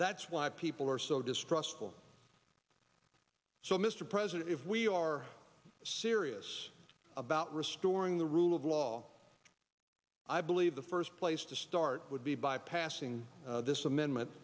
that's why people are so distrustful so mr president if we are serious about restoring the rule of law i believe the first place to start would be by passing this amendment